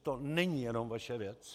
To není jenom vaše věc.